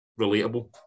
relatable